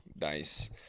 Nice